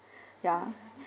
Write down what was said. ya